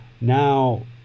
now